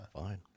fine